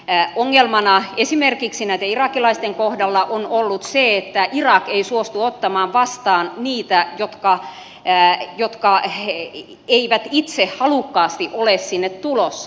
ongelmana esimerkiksi näiden irakilaisten kohdalla on ollut se että irak ei suostu ottamaan vastaan niitä jotka eivät itse halukkaasti ole sinne tulossa